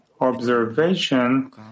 observation